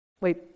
Wait